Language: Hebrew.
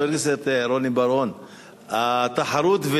חבר הכנסת רוני בר-און,